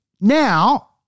Now